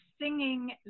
singing